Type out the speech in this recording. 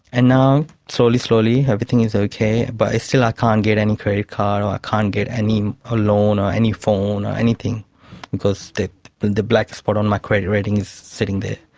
and now, slowly, slowly, everything is ok. but still i can't get any credit card or i can't get any ah loan or any phone or anything because the the black spot on my credit rating is sitting there.